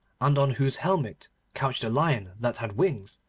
and on whose helmet couched a lion that had wings,